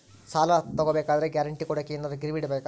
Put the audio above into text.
ನಾನು ಸಾಲ ತಗೋಬೇಕಾದರೆ ಗ್ಯಾರಂಟಿ ಕೊಡೋಕೆ ಏನಾದ್ರೂ ಗಿರಿವಿ ಇಡಬೇಕಾ?